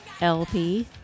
LP